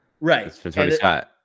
right